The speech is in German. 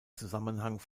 zusammenhang